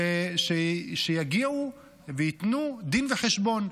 שיגיעו וייתנו דין וחשבון,